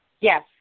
Yes